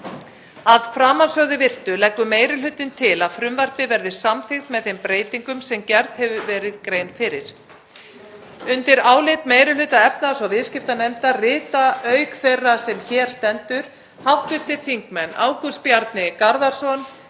Að framansögðu virtu leggur meiri hlutinn til að frumvarpið verði samþykkt með þeim breytingum sem gerð hefur verið grein fyrir. Undir álit meiri hluta efnahags- og viðskiptanefndar rita, auk þeirrar sem hér stendur, hv. þingmenn Ágúst Bjarni Garðarsson,